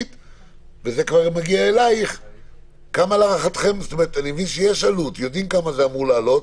אני מבין שיש עלות, יודעים כמה זה אמור לעלות.